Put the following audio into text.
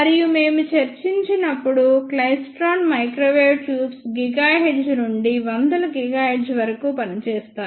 మరియు మేము చర్చించినప్పుడు క్లైస్ట్రాన్ మైక్రోవేవ్ ట్యూబ్స్ GHz నుండి వందల GHz వరకు పనిచేస్తాయి